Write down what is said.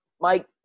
Mike